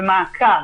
במעקב,